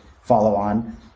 follow-on